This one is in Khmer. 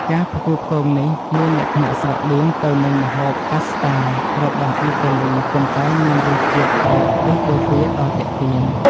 ការផ្គូផ្គងនេះមានលក្ខណៈស្រដៀងទៅនឹងម្ហូបប៉ាស្តារបស់អ៊ីតាលីប៉ុន្តែមានរសជាតិបែបទិសបូព៌ាដ៏ទាក់ទាញ។